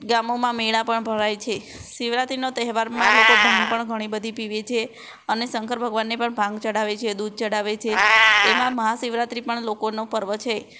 ગામોમાં મેળા પણ ભરાય છે શિવરાત્રિનો તહેવારમાં લોકો ભાંગ પણ ઘણી બધી પીવે છે અને શંકર ભગવાનને પણ ભાંગ ચઢાવે છે દૂધ ચઢાવે છે એમાં મહા શિવરાત્રિ પણ લોકોનો પર્વ છે